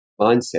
mindset